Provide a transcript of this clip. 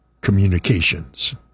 Communications